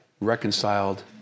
reconciled